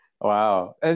Wow